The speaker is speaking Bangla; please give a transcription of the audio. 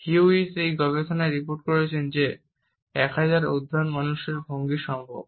হিউইস এই গবেষণায় রিপোর্ট করেছেন যে 1000 অধ্যয়ন মানুষের ভঙ্গি সম্ভব